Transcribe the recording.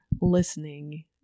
listening